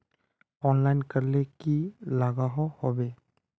Online करले की लागोहो होबे?